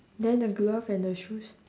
then the glove and the shoes